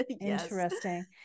Interesting